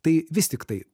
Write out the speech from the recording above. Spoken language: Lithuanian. tai vis tiktai